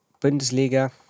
Bundesliga